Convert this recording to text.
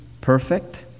perfect